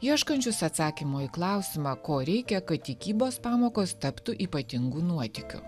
ieškančius atsakymo į klausimą ko reikia kad tikybos pamokos taptų ypatingų nuotykiu